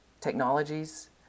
technologies